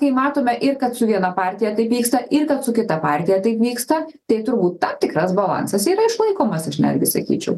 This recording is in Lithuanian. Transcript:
kai matome ir kad su viena partija taip vyksta ir tad su kita partija taip vyksta tai turbūt tam tikras balansas yra išlaikomas aš netgi sakyčiau